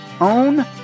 Own